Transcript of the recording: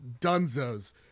dunzos